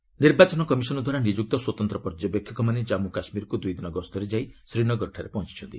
ECI K and K ନିର୍ବାଚନ commission ଦ୍ୱାରା ନିଯୁକ୍ତ ସ୍ୱତନ୍ତ୍ର ପର୍ଯ୍ୟବେକ୍ଷକମାନେ ଜାମ୍ମୁ କାଶ୍ମୀରକୁ ଦୁଇ ଦିନ ଗସ୍ତରେ ଯାଇ ଶ୍ରୀନଗରରେ ପହଞ୍ଚିଛନ୍ତି